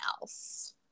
else